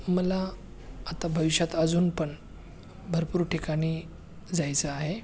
मला आता भविष्यात अजून पण भरपूर ठिकाणी जायचं आहे